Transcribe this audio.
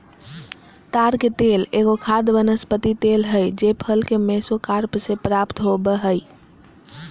ताड़ के तेल एगो खाद्य वनस्पति तेल हइ जे फल के मेसोकार्प से प्राप्त हो बैय हइ